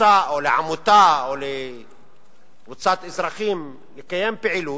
לקבוצה או לעמותה או לקבוצת אזרחים לקיים פעילות,